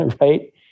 right